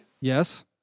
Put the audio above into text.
Yes